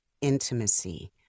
intimacy